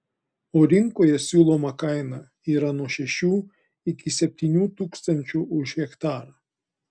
o rinkoje siūloma kaina yra nuo šešių iki septynių tūkstančių už hektarą